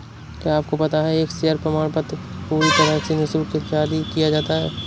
क्या आपको पता है एक शेयर प्रमाणपत्र पूरी तरह से निशुल्क जारी किया जाता है?